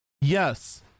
Yes